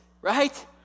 right